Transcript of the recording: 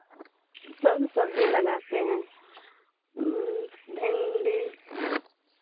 सब सब्ज़ी लगाते हैं भिंडी